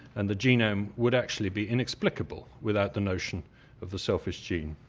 and the genome would actually be inexplicable without the notion of the selfish gene.